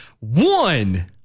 One